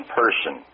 person